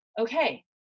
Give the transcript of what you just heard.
okay